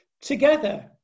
Together